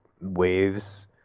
waves